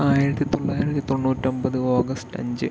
ആയിരത്തി തൊള്ളായിരത്തി തൊണ്ണൂറ്റി ഒമ്പത് ഓഗസ്റ്റ് അഞ്ച്